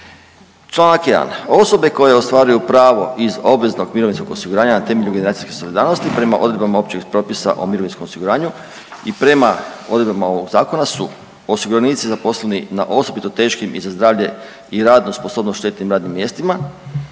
čl. 1. „Osobe koje ostvaruju pravo iz obveznog mirovinskog osiguranja na temelju generacijske solidarnosti prema odredbama općeg propisa o mirovinskom osiguranju i prema odredbama ovog zakona su: osiguranici zaposleni na osobito teškim i za zdravlje i radnu sposobnost štetnim radnim mjestima,